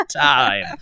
time